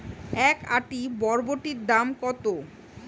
এক আঁটি বরবটির দাম কত?